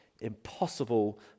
impossible